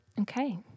Okay